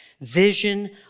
vision